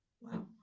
Wow